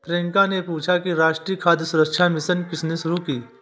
प्रियंका ने पूछा कि राष्ट्रीय खाद्य सुरक्षा मिशन किसने शुरू की?